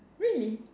really